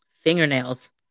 fingernails